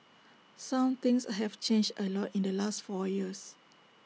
some things have changed A lot in the last four years